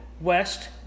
west